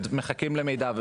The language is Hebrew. ומחכים למידע.